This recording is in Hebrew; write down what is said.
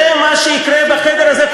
זה מה שיקרה בחדר הזה.